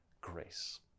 grace